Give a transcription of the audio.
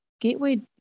Gateway